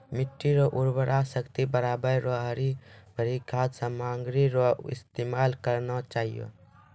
मिट्टी रो उर्वरा शक्ति बढ़ाएं रो हरी भरी खाद सामग्री रो इस्तेमाल करना चाहियो